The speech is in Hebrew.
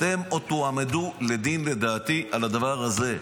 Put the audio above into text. אתן עוד תועמדו לדין לדעתי על הדבר הזה.